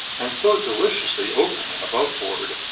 and so deliciously open and aboveboard.